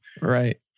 Right